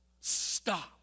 Stop